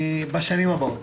בשנים הבאות.